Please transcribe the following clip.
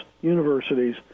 universities